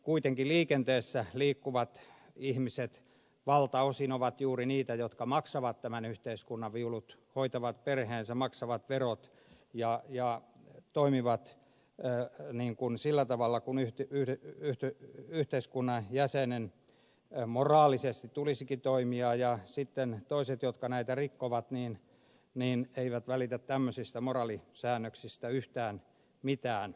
kuitenkin liikenteessä liikkuvat ihmiset valtaosin ovat juuri niitä jotka maksavat tämän yhteiskunnan viulut hoitavat perheensä maksavat verot ja toimivat sillä tavalla kuin yhteiskunnan jäsenen moraalisesti tulisikin toimia ja sitten toiset jotka näitä rikkovat eivät välitä tämmöisistä moraalisäännöksistä yhtään mitään